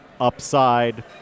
upside